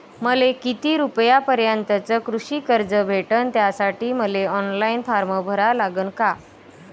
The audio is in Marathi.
मले किती रूपयापर्यंतचं कृषी कर्ज भेटन, त्यासाठी मले ऑनलाईन फारम भरा लागन का?